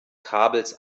kabels